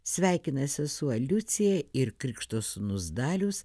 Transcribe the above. sveikina sesuo liucija ir krikšto sūnus darius